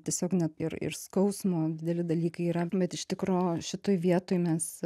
tiesiog net ir ir skausmo dideli dalykai yra bet iš tikro šitoj vietoj mes